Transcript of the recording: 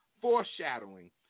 foreshadowing